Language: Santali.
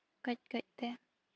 ᱠᱟᱹᱡ ᱠᱟᱹᱡ ᱛᱮ